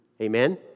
Amen